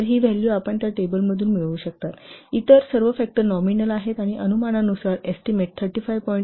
तर ही व्हॅल्यू आपण त्या टेबलतून मिळवू शकता इतर सर्व फॅक्टर नॉमिनल आहेत आणि अनुमानानुसार एस्टीमेट 35